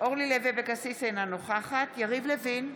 אורלי לוי אבקסיס, אינה נוכחת יריב לוין,